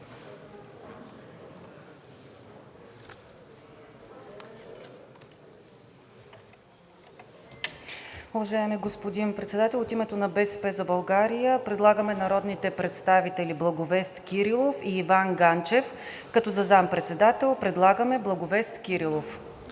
Уважаеми господин Председател! От името на „БСП за България“ предлагаме народните представители Благовест Кирилов и Иван Ганчев, като за заместник-председател предлагаме Благовест Кирилов.